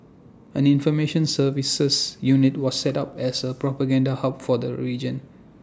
an information services unit was set up as A propaganda hub for the region